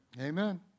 Amen